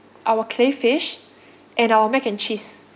our crayfish and our mac and cheese